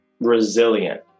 resilient